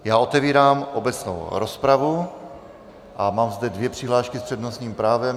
Já otevírám obecnou rozpravu a mám zde dvě přihlášky s přednostním právem.